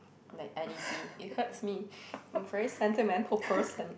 like i_d_c it hurts me I'm very sentimental person